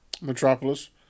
Metropolis